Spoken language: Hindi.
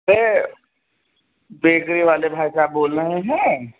यह बेकरी वाले भाई साब बोल रहे हैं